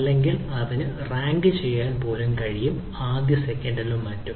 അല്ലെങ്കിൽ അതിന് റാങ്ക് ചെയ്യാൻ പോലും കഴിയും ആദ്യ സെക്കൻഡിലും മറ്റും